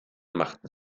machten